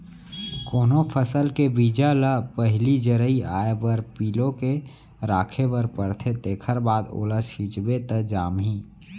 कोनो फसल के बीजा ल पहिली जरई आए बर फिलो के राखे बर परथे तेखर बाद ओला छिंचबे त जामही